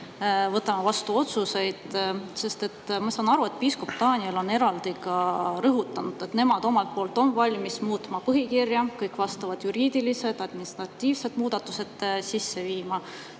võtame vastu otsuseid. Ma saan aru, et piiskop Daniel on eraldi rõhutanud, et nemad omalt poolt on valmis muutma põhikirja ja kõik vajalikud juriidilised ja administratiivsed muudatused sisse viima.